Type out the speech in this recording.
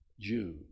Jew